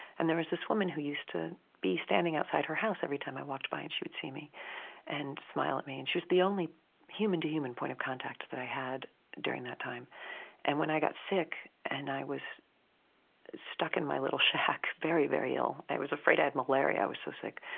and there was this woman who used to be standing outside her house every time i walked by, and she would see me and smile at me. and she was the only human-to-human point of contact that i had during that time and when i got sick, and i was stuck in my little shack, very, very ill i was afraid i had malaria, i was so sick